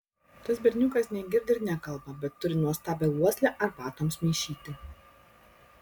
tas berniukas negirdi ir nekalba bet turi nuostabią uoslę arbatoms maišyti